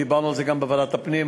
דיברנו על זה גם בוועדת הפנים.